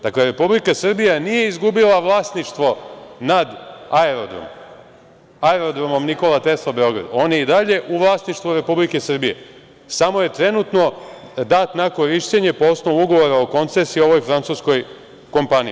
Dakle, Republika Srbija nije izgubila vlasništvo nad Aerodromom „Nikola Tesla“ Beograd, on je i dalje u vlasništvu Republike Srbije, samo je trenutno dat na korišćenje po osnovu Ugovora o koncesiji ovoj francuskoj kompaniji.